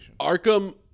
Arkham